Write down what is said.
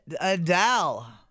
Adele